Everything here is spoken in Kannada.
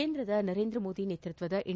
ಕೇಂದ್ರದ ನರೇಂದ್ರ ಮೋದಿ ನೇತೃತ್ವದ ಎನ್